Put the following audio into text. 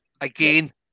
Again